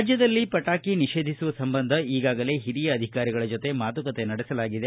ರಾಜ್ದದಲ್ಲಿ ಪಟಾಕಿ ನಿಷೇಧಿಸುವ ಸಂಬಂಧ ಈಗಾಗಲೇ ಹಿರಿಯ ಅಧಿಕಾರಿಗಳ ಜೊತೆ ಮಾತುಕತೆ ನಡೆಸಲಾಗಿದೆ